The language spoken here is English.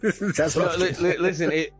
listen